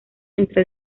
entre